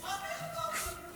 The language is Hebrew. הפרעתי לך פעם אחת?